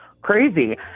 crazy